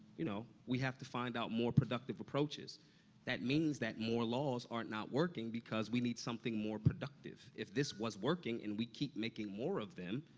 you know, we have to find out more productive approaches that means that more laws are not working because we need something more productive. if this was working and we keep making more of them,